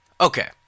Okay